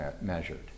measured